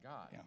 God